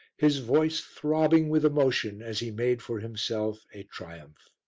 his voice throbbing with emotion as he made for himself a triumph.